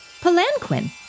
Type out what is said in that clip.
palanquin